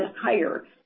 higher